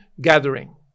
gathering